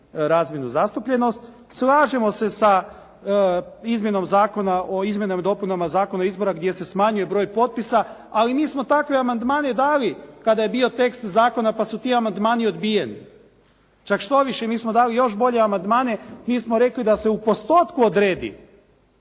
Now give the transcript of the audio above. razvojnu zastupljenost. Slažemo se sa izmjenom zakona o izmjenama i dopunama Zakona izbora gdje se smanjuje broj potpisa, ali mi smo takve amandmane dali kada je bio tekst zakona pa su ti amandmani odbijeni. Čak štoviše, mi smo dali još bolje amandmane, mi smo rekli da se u postotku odredi